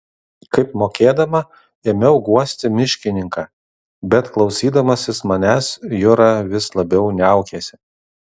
kaip mokėdama ėmiau guosti miškininką bet klausydamasis manęs jura vis labiau niaukėsi